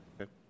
Okay